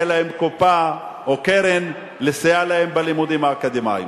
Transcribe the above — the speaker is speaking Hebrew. תהיה להם קופה או קרן לסייע להם בלימודים האקדמיים.